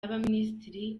y’abaminisitiri